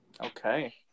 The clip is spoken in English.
okay